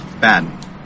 bad